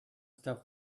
stuff